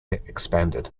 expanded